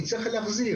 הוא יצטרך להחזיר.